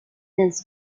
means